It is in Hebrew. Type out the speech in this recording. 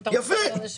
אם אתה רוצה לדבר בשמי,